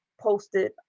posted